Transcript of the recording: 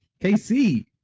KC